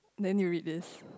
then you read this